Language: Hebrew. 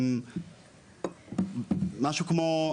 משהו כמו,